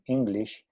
English